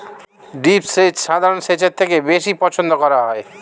drip সেচ সাধারণ সেচের থেকে বেশি পছন্দ করা হয়